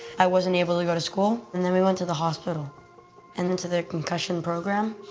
i wasn't able to go to school, and then we went to the hospital and into their concussion program.